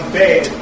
bad